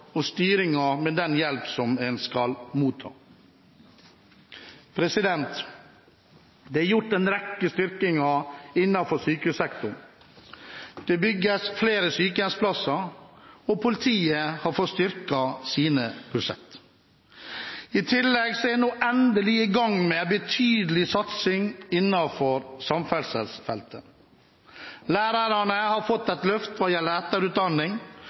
og styringen med den hjelpen en skal motta. Det er gjort en rekke styrkinger innenfor sykehussektoren. Det bygges flere sykehjemsplasser, og politiet har fått styrket sine budsjetter. I tillegg er vi nå endelig i gang med en betydelig satsing innenfor samferdselsfeltet. Lærerne har fått et løft hva gjelder etterutdanning, og vi klarer nå å